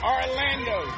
Orlando